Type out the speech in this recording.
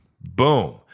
boom